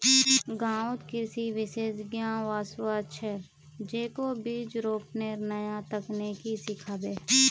गांउत कृषि विशेषज्ञ वस्वार छ, जेको बीज रोपनेर नया तकनीक सिखाबे